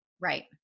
Right